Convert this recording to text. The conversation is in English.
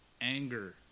anger